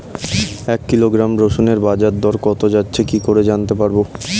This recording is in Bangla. এক কিলোগ্রাম রসুনের বাজার দর কত যাচ্ছে কি করে জানতে পারবো?